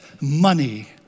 money